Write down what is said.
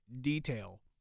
detail